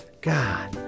God